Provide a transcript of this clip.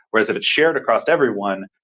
whereas if it's shared across everyone,